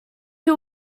who